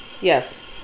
Yes